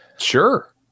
Sure